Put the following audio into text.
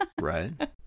Right